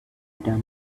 done